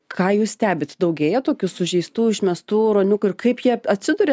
ką jūs stebit daugėja tokių sužeistų išmestų ruoniukų ir kaip jie atsiduria